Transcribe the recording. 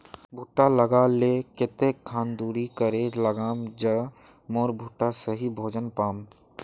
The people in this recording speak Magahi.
भुट्टा लगा ले कते खान दूरी करे लगाम ज मोर भुट्टा सही भोजन पाम?